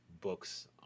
books